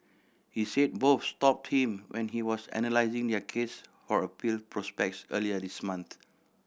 he said both stopped him when he was analysing their case for appeal prospects earlier this month